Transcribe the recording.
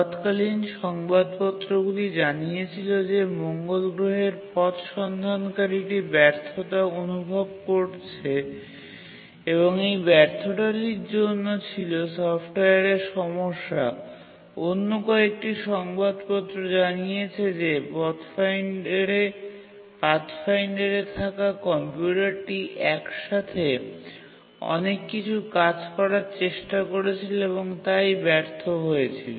তৎকালীন সংবাদপত্রগুলি জানিয়েছিল যে মঙ্গল গ্রহের পথ সন্ধানকারীটি ব্যর্থতা অনুভব করছে এবং এই ব্যর্থতাটি জন্য ছিল সফটওয়্যারের সমস্যা অন্য কয়েকটি সংবাদপত্র জানিয়েছে যে পাথফাইন্ডারে থাকা কম্পিউটারটি একসাথে অনেক কিছু কাজ করার চেষ্টা করেছিল এবং তাই ব্যর্থ হয়েছিল